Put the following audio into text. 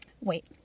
wait